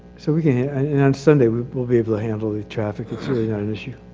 so and sunday we'll we'll be able to handle the traffic it's really not an issue.